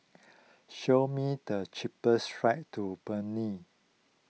show me the cheapest flights to